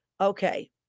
Okay